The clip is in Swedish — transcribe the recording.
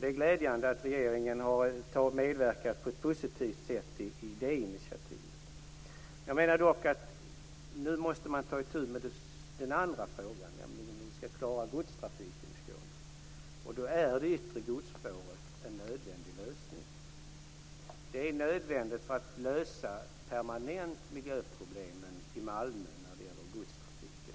Det är glädjande att regeringen har medverkat på ett positivt sätt till det initiativet. Jag menar dock att man nu måste ta itu med den andra frågan, nämligen hur vi skall klara godstrafiken i Skåne. Då är det yttre godsspåret en nödvändig lösning. Det är nödvändigt för att permanent lösa miljöproblemen i Malmö när det gäller godstrafiken.